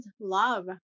love